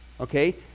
okay